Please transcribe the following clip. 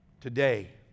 Today